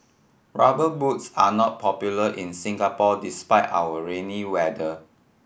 Rubber Boots are not popular in Singapore despite our rainy weather